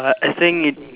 uh I think